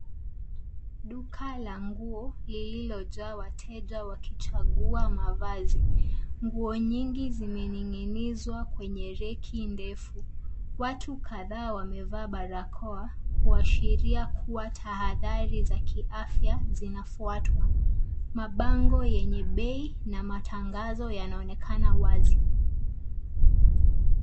Duka la nguo lililojaa wateja wakichagua mavazi. Nguo nyingi zimening'inizwa kwenye reki ndefu. Watu kadhaa wamevaa barakoa kuashiria kuwa tahadhari za kiafya zinafuatwa. Mabango yenye bei na matangazo yanaonekana wazi.